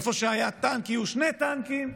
איפה שהיה טנק, יהיו שני טנקים.